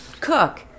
cook